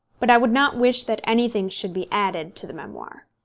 but i would not wish that anything should be added to the memoir.